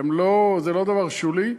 זה לא דבר שולי,